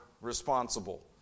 responsible